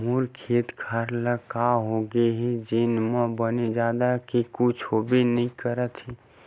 मोर खेत खार ल का होगे हे जेन म बने जात के कुछु होबे नइ करत हे